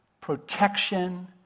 protection